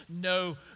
no